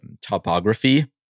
topography